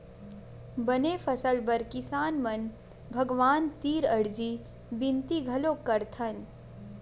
बने फसल बर किसान मन भगवान तीर अरजी बिनती घलोक करथन